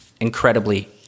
incredibly